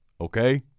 Okay